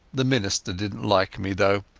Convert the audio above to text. the minister didnat like me, though,